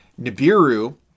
Nibiru